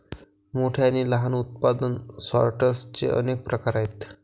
मोठ्या आणि लहान उत्पादन सॉर्टर्सचे अनेक प्रकार आहेत